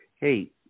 Hey